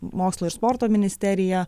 mokslo ir sporto ministerija